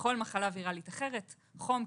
ככל מחלה ויראלית אחרת חום,